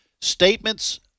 statements –